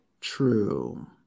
True